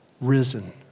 risen